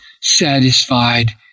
satisfied